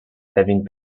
having